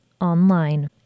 online